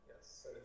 Yes